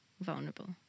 vulnerable